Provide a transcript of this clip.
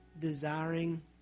desiring